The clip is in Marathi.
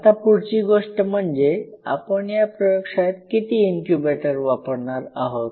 आता पुढची गोष्ट म्हणजे आपण या प्रयोगशाळेत किती इन्क्युबेटर वापरणार आहोत